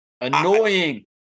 Annoying